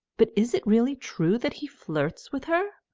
but is it really true that he flirts with her?